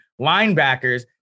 linebackers